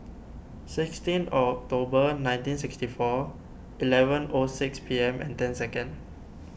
sixteen October nineteen sixty four eleven O six P M and ten second